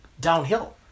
downhill